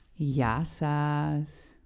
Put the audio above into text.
Yasas